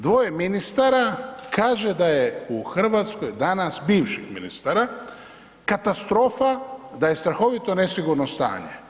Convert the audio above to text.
Dvoje ministara kaže da je u Hrvatskoj danas, bivših ministara, katastrofa, da je strahovito nesigurno stanje.